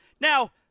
Now